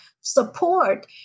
support